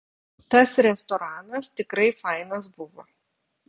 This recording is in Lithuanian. tas restoranas tikrai fainas buvo